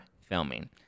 filming